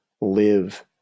live